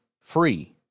free